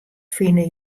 fine